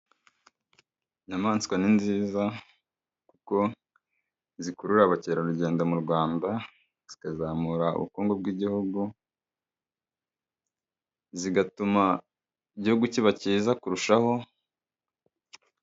Inyamaswa ni nziza kuko zikurura abakerarugendo mu Rwanda, zikazamura ubukungu bw'Igihugu, zigatuma Igihugu kiba cyiza kurushaho.